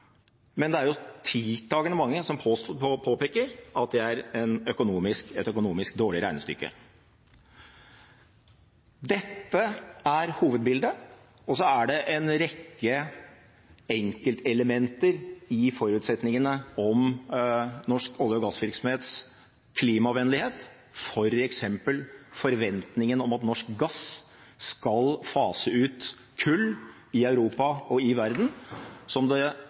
men det er tiltagende mange som påpeker at det er et økonomisk dårlig regnestykke. Dette er hovedbildet. Så er det en rekke enkeltelementer i forutsetningene om norsk olje- og gassvirksomhets klimavennlighet, og det er f.eks. forventningen om at norsk gass skal fase ut kull i Europa og i verden, som det